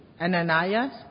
Ananias